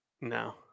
no